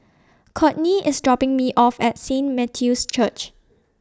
Cortney IS dropping Me off At Saint Matthew's Church